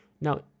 Now